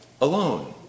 alone